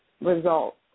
results